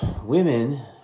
women